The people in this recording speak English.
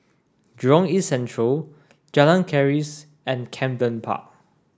Jurong East Central Jalan Keris and Camden Park